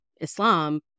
Islam